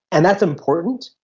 and that's important.